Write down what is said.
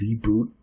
reboot